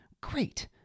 Great